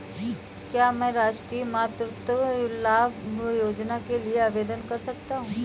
क्या मैं राष्ट्रीय मातृत्व लाभ योजना के लिए आवेदन कर सकता हूँ?